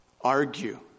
argue